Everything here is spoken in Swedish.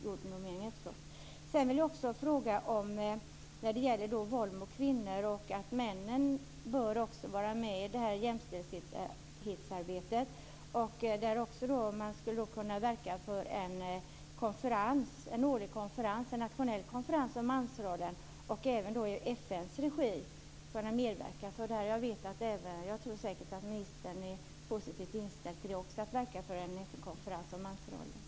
Jag vill också ställa en fråga när det gäller våld mot kvinnor och att männen också bör vara med i jämställdhetsarbetet. Jag undrar om ministern skulle kunna verka för en årlig nationell konferens om mansrollen. Jag tror säkert att ministern också är positivt inställd till att verka för en FN-konferens om mansrollen.